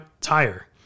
tire